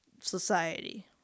society